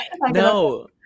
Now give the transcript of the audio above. No